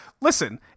listen